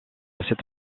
cette